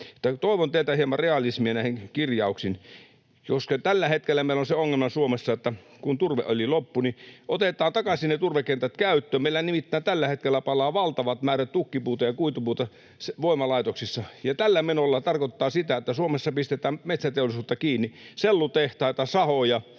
Toivon teiltä hieman realismia näihin kirjauksiin. Tällä hetkellä meillä on se ongelma Suomessa, että turveöljy loppuu, niin että otetaan ne turvekentät takaisin käyttöön. Meillä nimittäin tällä hetkellä palaa valtavat määrät tukkipuuta ja kuitupuuta voimalaitoksissa, ja tällä menolla se tarkoittaa sitä, että Suomessa pistetään metsäteollisuutta kiinni, sellutehtaita, sahoja